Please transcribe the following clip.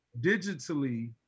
digitally